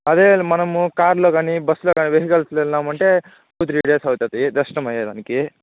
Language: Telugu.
అదే అదే మనము కార్లో కానీ బస్లో వెహికల్స్లో వెళ్ళామంటే టు త్రీ డేస్ అవుతుంది దర్శనం అయ్యేదానికి